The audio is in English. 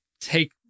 take